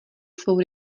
svou